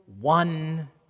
one